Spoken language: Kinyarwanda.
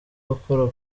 gukora